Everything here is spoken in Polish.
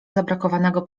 zabrakowanego